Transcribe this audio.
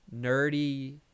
Nerdy